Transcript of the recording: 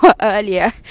earlier